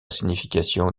signification